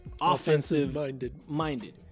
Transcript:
offensive-minded